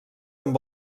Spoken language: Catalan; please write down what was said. amb